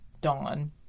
Dawn